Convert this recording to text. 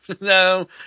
no